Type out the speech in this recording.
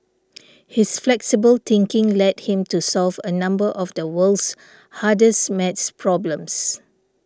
his flexible thinking led him to solve a number of the world's hardest math problems